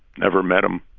never met him,